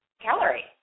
calorie